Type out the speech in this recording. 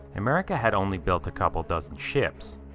america had only built a couple dozen ships.